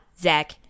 Zach